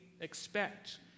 expect